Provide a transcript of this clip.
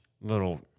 little